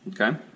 okay